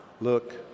look